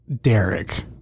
Derek